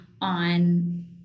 on